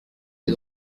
des